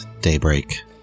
daybreak